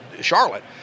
Charlotte